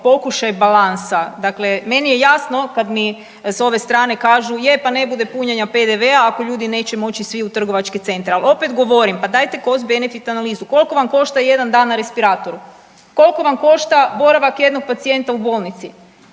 pokušaj balansa. Dakle, meni je jasno kad mi s ove strane kažu je, pa ne bude punjenja PDV-a ako ljudi neće moći svi u trgovačke centre. Al opet govorim, pa dajte cost benefit analizu, koliko vam košta jedan dan na respiratoru, koliko vam košta boravak jednog pacijenta u bolnici,